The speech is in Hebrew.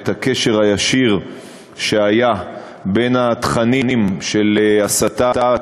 ואת הקשר הישיר שהיה בין התכנים של הסתה,